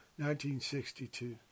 1962